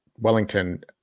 wellington